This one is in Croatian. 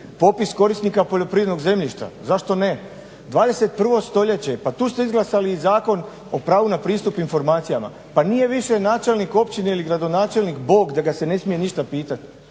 Popis korisnika poljoprivrednog zemljišta, zašto ne? 21. stoljeće je, pa tu ste izglasali i Zakon o pravu na pristup informacijama. Pa nije više načelnik općine ili gradonačelnik Bog da ga se ne smije ništa pitati.